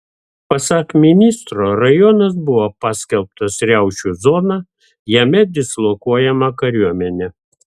pasak ministro rajonas buvo paskelbtas riaušių zona jame dislokuojama kariuomenė